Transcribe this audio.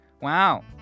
Wow